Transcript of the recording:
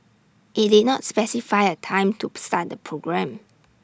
IT did not specify A time tub start the programme